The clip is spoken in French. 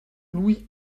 louis